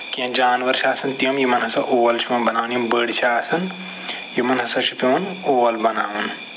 کیٚنٛہہ جانور چھِ آسان تِم یِمن ہسا اول چھِ یِوان بَناونہٕ یِم بٔڑۍ چھِ آسان یِمَن ہسا چھُ پٮ۪وان اول بَناوُن